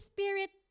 Spirit